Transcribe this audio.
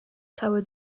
cały